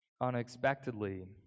unexpectedly